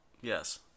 Yes